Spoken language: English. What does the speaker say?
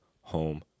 home